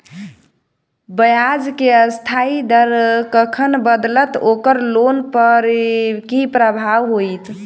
ब्याज केँ अस्थायी दर कखन बदलत ओकर लोन पर की प्रभाव होइत?